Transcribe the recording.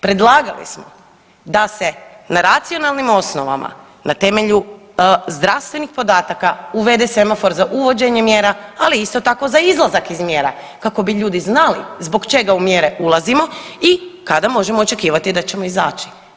Predlagali smo da se na racionalnim osnovama na temelju zdravstvenih podataka uvede semafor za uvođenje mjera, ali isto tako za izlazak iz mjera kako bi ljudi znali zbog čega u mjere ulazimo i kada možemo očekivati da ćemo izaći.